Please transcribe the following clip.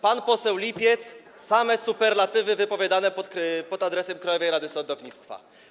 Pan poseł Lipiec - same superlatywy wypowiadane pod adresem Krajowej Rady Sądownictwa.